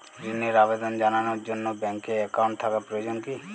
ঋণের আবেদন জানানোর জন্য ব্যাঙ্কে অ্যাকাউন্ট থাকা প্রয়োজন কী?